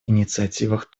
инициативах